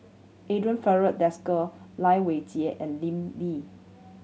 Andre Filipe Desker Lai Weijie and Lim Lee